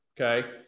Okay